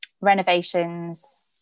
renovations